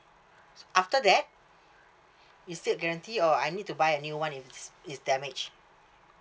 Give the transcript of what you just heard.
so after that it still guarantee or I need to buy a new one if it's it's damage